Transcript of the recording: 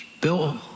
Bill